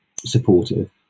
supportive